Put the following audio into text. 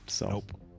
Nope